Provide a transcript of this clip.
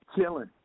Chilling